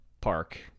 park